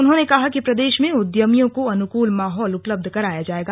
उन्होंने कहा कि प्रदेश में उद्यमियों को अनुकूल माहौल उपलब्ध कराया जायेगा